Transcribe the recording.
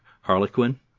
Harlequin